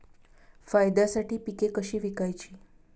फायद्यासाठी पिके कशी विकायची?